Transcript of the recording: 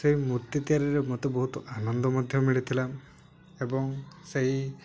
ସେହି ମୂର୍ତ୍ତି ତିଆରିରେ ମୋତେ ବହୁତ ଆନନ୍ଦ ମଧ୍ୟ ମିଳିଥିଲା ଏବଂ ସେହି